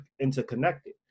interconnected